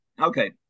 Okay